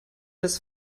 des